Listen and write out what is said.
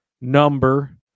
number